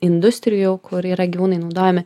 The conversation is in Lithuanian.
industrijų kur yra gyvūnai naudojami